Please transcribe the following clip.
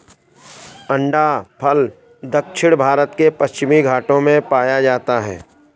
अंडाफल दक्षिण भारत के पश्चिमी घाटों में पाया जाता है